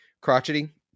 crotchety